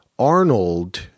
Arnold